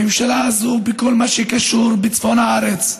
הממשלה הזאת, בכל מה שקשור בצפון הארץ,